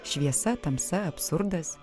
šviesa tamsa absurdas